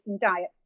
diet